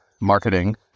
marketing